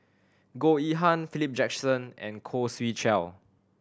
Goh Yihan Philip Jackson and Khoo Swee Chiow